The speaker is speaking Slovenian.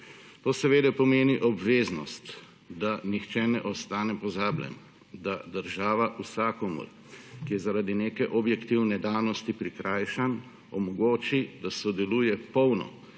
To seveda pomeni obveznost, da nihče ne ostane pozabljen, da država vsakomur, ki je zaradi neke objektivne danosti prikrajšan, omogoči, da sodeluje polno,